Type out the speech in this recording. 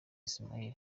ismael